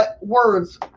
words